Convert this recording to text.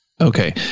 okay